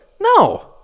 no